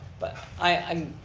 but i,